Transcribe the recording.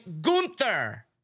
Gunther